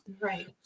Right